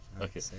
okay